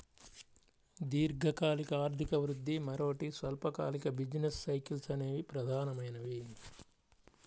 దీర్ఘకాలిక ఆర్థిక వృద్ధి, మరోటి స్వల్పకాలిక బిజినెస్ సైకిల్స్ అనేవి ప్రధానమైనవి